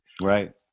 right